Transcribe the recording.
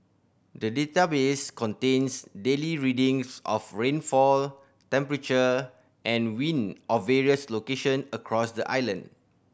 the database contains daily readings of rainfall temperature and wind of various location across the island